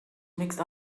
mixed